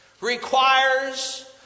requires